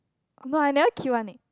no I never queue one leh